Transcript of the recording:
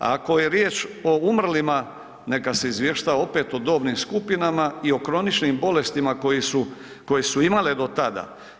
Ako je riječ o umrlima neka se izvještava opet o dobnim skupinama i o kroničnim bolestima koji su, koje su imale do tada.